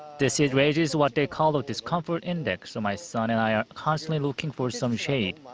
this heat raises what they call the discomfort index, so my son and i are constantly looking for some shade.